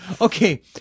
Okay